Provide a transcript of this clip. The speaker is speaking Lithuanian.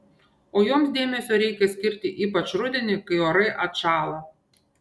o joms dėmesio reikia skirti ypač rudenį kai orai atšąla